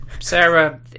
Sarah